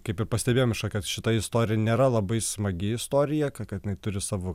kaip ir pastebėjom kad šita istorija nėra labai smagi istorija ka kad jinai turi savo